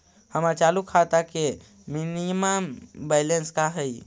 हमर चालू खाता के मिनिमम बैलेंस का हई?